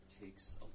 takes